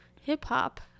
Hip-hop